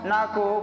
Naku